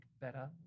better